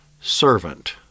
servant